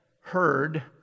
heard